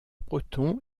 proton